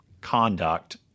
conduct